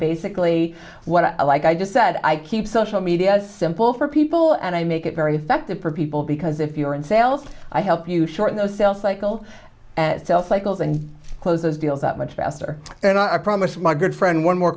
basically what i like i just said i keep social media simple for people and i make it very effective for people because if you're in sales i help you shorten the sales cycle and sales cycles and closes deals that much faster and i promise my good friend one more